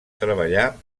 treballar